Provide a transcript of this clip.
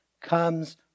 comes